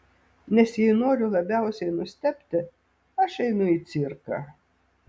nes jei noriu labiausiai nustebti aš einu į cirką